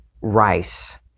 rice